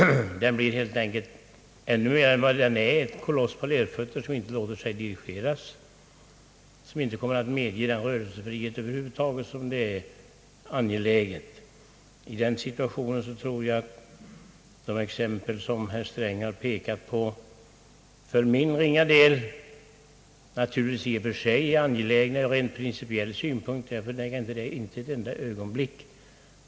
Den blir helt enkelt ännu mera än vad den är en koloss på lerfötter, som inte låter sig dirigeras och som inte medger den rörelsefrihet över huvud taget, som är angelägen. I denna situation tror jag att de exempel, som herr Sträng har pekat på för min ringa del, naturligtvis i och för sig är angelägna ur rent principiell synpunkt. Jag förnekar inte detta ett enda ögonblick.